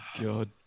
God